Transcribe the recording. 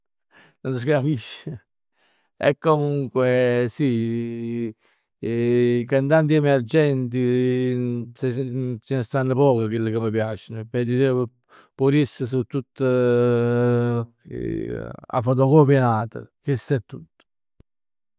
Nun s' capisc. E comunque sì i cantanti emergenti ce ne stann pochi 'e chill ca m' piaceno, per il resto, p' 'o riest so tutt 'a fotocopia 'e n'ata. Chest è tutt.